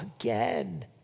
again